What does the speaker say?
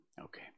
Okay